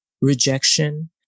rejection